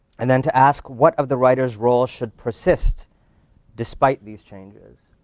and then to ask, what of the writer's role should persist despite these changes?